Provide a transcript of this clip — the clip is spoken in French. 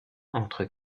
entre